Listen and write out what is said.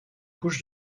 couche